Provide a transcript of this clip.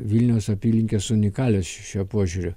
vilniaus apylinkės unikalios šiuo požiūriu